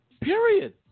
Period